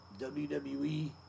WWE